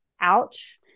Ouch